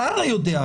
אתה הרי יודע,